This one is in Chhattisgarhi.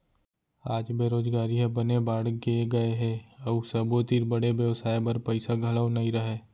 आज बेरोजगारी ह बने बाड़गे गए हे अउ सबो तीर बड़े बेवसाय बर पइसा घलौ नइ रहय